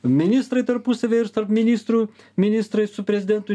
ministrai tarpusavyje ir tarp ministrų ministrai su prezidentu